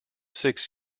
six